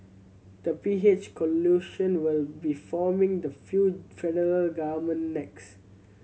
the P H coalition will be forming the few federal government next